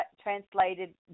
translated